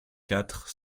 quatre